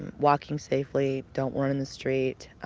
walking safely, don't run in the street,